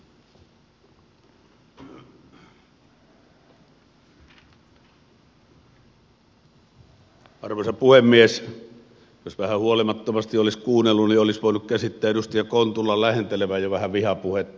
jos vähän huolimattomasti olisi kuunnellut niin olisi voinut käsittää edustaja kontulan lähentelevän jo vähän vihapuhetta